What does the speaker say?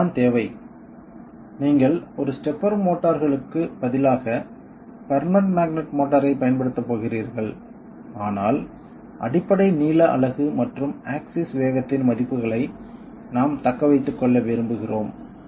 இதுதான் தேவை நீங்கள் ஒரு ஸ்டெப்பர் மோட்டார்களுக்குப் பதிலாக பெர்மனெண்ட் மேக்னெட் மோட்டாரைப் பயன்படுத்தப் போகிறீர்கள் ஆனால் அடிப்படை நீள அலகு மற்றும் ஆக்சிஸ் வேகத்தின் மதிப்புகளை நாம் தக்க வைத்துக் கொள்ள விரும்புகிறோம்